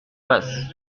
basses